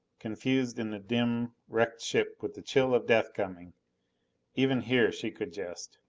confused in the dim, wrecked ship with the chill of death coming even here she could jest.